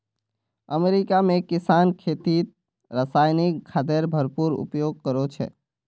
America में किसान खेतीत रासायनिक खादेर भरपूर उपयोग करो छे